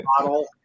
model